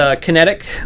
kinetic